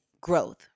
growth